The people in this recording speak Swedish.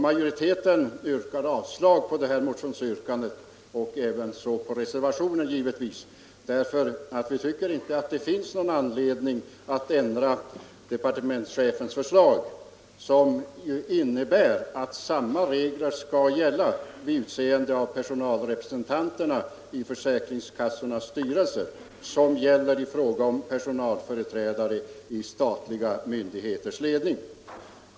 Majoriteten avstyrker motionsyrkandet, eftersom vi tycker att det inte finns någon anledning att ändra departementschefens förslag, som innebär att samma regler skall gälla vid utseende av personalrepresentanterna i försäkringskassornas styrelser som gäller i fråga om personalföreträdare i statliga myndigheters ledning.